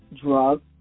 drug